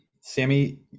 Sammy